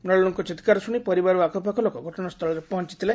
ମୁଶାଲୁଙ୍କ ଚିକ୍କାର ଶୁଶି ପରିବାର ଓ ଆଖପାଖ ଲୋକ ଘଟଣାସ୍ଥଳରେ ପହଞ୍ ଥିଲେ